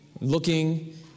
looking